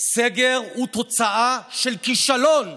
סגר הוא תוצאה של כישלון.